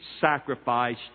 sacrifice